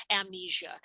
amnesia